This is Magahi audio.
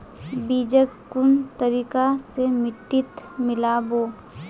बीजक कुन तरिका स मिट्टीत मिला बो